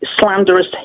slanderous